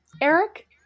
Eric